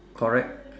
correct